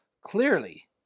clearly